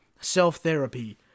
self-therapy